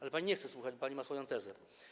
Ale pani nie chce słuchać, bo pani ma swoją tezę.